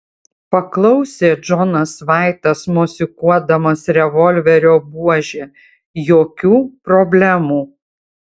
paklausė džonas vaitas mosikuodamas revolverio buože jokių problemų